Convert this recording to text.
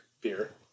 Beer